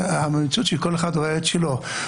המציאות שכל אחד רואה את שלו.